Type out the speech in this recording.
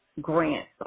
grants